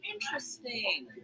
interesting